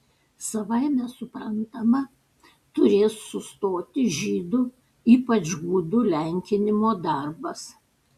savaime suprantama turės sustoti žydų ypač gudų lenkinimo darbas